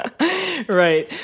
Right